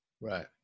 Right